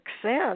success